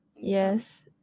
yes